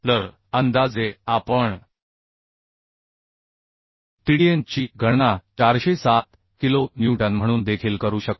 तर अंदाजे आपण TDN ची गणना 407 किलो न्यूटन म्हणून देखील करू शकतो